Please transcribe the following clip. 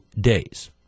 days